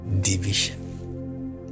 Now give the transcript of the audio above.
division